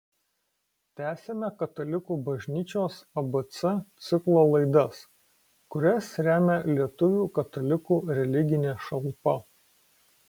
tęsiame katalikų bažnyčios abc ciklo laidas kurias remia lietuvių katalikų religinė šalpa